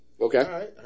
Okay